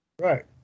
Right